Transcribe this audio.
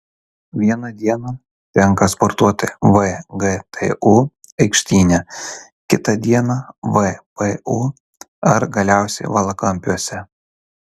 vieną dieną tenka sportuoti vgtu aikštyne kita dieną vpu ar galiausiai valakampiuose